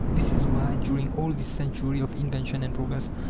this is why, during all this century of invention and progress,